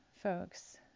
folks